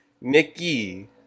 Nikki